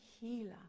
healer